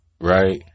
right